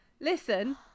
Listen-